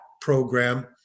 program